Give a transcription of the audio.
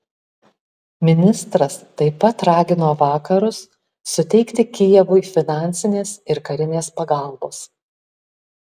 ministras taip pat ragino vakarus suteikti kijevui finansinės ir karinės pagalbos